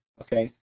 okay